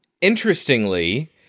interestingly